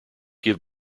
give